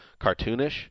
cartoonish